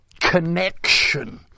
connection